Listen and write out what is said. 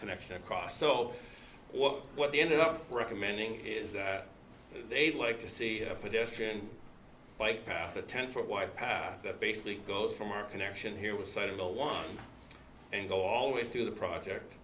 connection across so what they ended up recommending is that they'd like to see a pedestrian bike path a ten foot wide path that basically goes from our connection here with side of the wand and go all the way through the project